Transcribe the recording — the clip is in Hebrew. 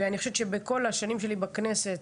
אני חושבת שבכל שנותיי בכנסת,